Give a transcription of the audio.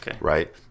Right